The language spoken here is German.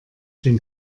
den